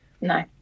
no